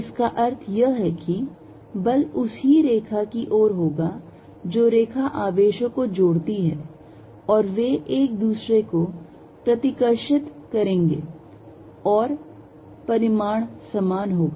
इसका अर्थ यह है कि बल उस ही रेखा की ओर होगा जो रेखा आवेशों को जोड़ती है और वे एक दूसरे को प्रतिकर्षित करेंगे और परिमाण समान होगा